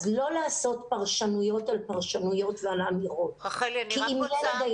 אז לא לעשות פרשנויות על פרשנויות ועל אמירות כי אם ילד היה